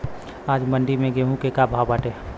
आज मंडी में गेहूँ के का भाव बाटे?